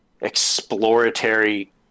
exploratory